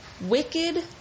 wicked